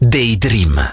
Daydream